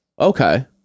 Okay